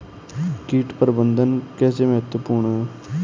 कीट प्रबंधन कैसे महत्वपूर्ण है?